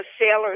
sailor's